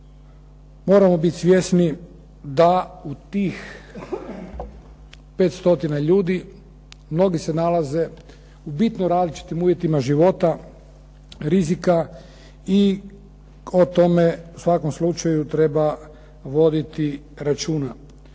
moramo biti svjesni da u tih 5 stotina ljudi mnogi se nalaze u bitno različitim uvjetima života, rizika i o tome u svakom slučaju treba voditi računa.